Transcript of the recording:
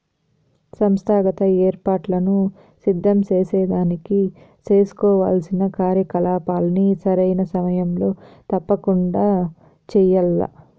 సంస్థాగత ఏర్పాట్లను సిద్ధం సేసేదానికి సేసుకోవాల్సిన కార్యకలాపాల్ని సరైన సమయంలో తప్పకండా చెయ్యాల్ల